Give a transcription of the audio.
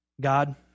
God